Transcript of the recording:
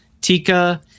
Tika